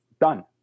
done